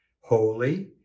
holy